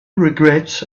regrets